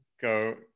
go